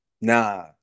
Nah